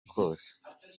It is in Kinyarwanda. kose